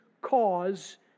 cause